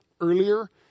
earlier